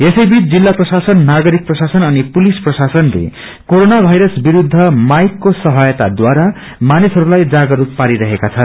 यसैबीच जिल्ला प्रशासन नागरिक प्रशासन अनि पुलिस प्रशासनले कोरोना वायरस विरूद्ध माईको सहायताले मानिसहरूलाई जागरूकता पारिरहेका छन्